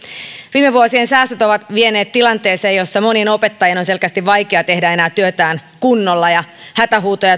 viime vuosien säästöt ovat vieneet tilanteeseen jossa monien opettajien on selkeästi vaikea tehdä enää työtään kunnolla ja hätähuutoja